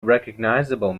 recognizable